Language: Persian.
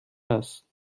است